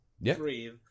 breathe